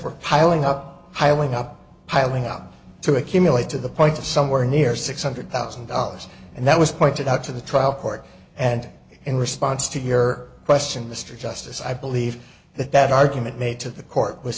were piling up heiling up piling up to accumulate to the point of somewhere near six hundred thousand dollars and that was pointed out to the trial court and in response to your question mr justice i believe that that argument made to the court was